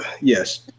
yes